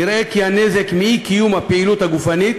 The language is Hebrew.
נראה כי הנזק מאי-קיום הפעילות הגופנית